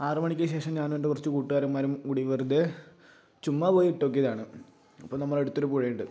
ആറ് മണിക്ക് ശേഷം ഞാനും എൻ്റെ കുറച്ച് കൂട്ടുകാരന്മാരും കൂടി വെറുതെ ചുമ്മാ പോയി ഇട്ട് നോക്കിയതാണ് അപ്പോൾ നമ്മളുടെ അടുത്തൊരു പുഴയുണ്ട്